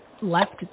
left